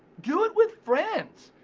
do it with friends,